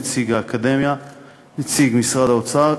נציג האקדמיה ונציג משרד האוצר,